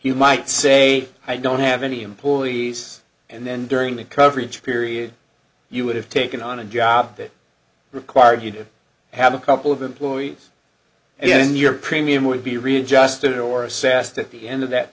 he might say i don't have any employees and then during the coverage period you would have taken on a job that required you to have a couple of employees in your premium would be readjusted or assessed at the end of that